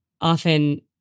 often